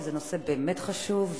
כי זה נושא באמת חשוב,